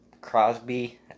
Crosby